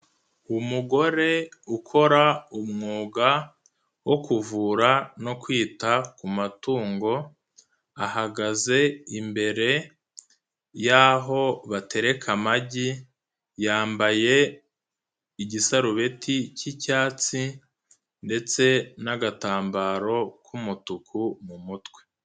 Umugore ukora umwuga wo kuvura no kwita ku matungo, ahagaze imbere y'aho batereka amagi, yambaye igisarubeti cy'icyatsi ndetse n'agatambaro k'umutuku mu mutwe.